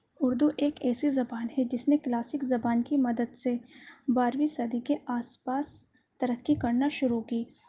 اردو ایک ایسی زبان ہے جس نے کلاسک زبان کی مدد سے بارہویں صدی کے آس پاس ترقی کرنا شروع کی